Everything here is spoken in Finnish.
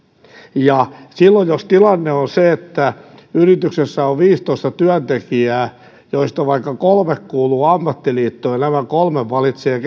ja silloin jos tilanne on se että yrityksessä on viisitoista työntekijää joista vaikka kolme kuuluu ammattiliittoon ja nämä kolme valitsevat